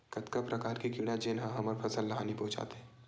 कतका प्रकार के कीड़ा जेन ह हमर फसल ल हानि पहुंचाथे?